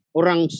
orang